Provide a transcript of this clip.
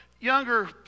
younger